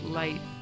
light